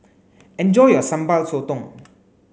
enjoy your Sambal Sotong